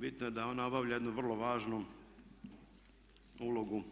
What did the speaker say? Bitno je da ona obavlja jednu vrlo važnu ulogu